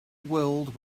world